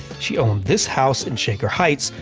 she owned this house in shaker heights,